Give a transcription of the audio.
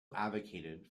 advocated